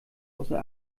außer